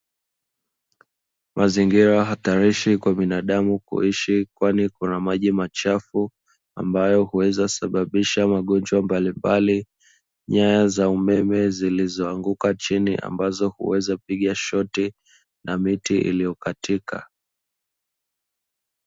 Mazingira hatarishi kwa binadamu kuishi kwani kuna maji machafu ambayo huweza sababisha magonjwa mbalimbali, nyaya za umeme zilizoanguka chini ambazo huweza piga shoti na miti iliyokatika.